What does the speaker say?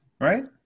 right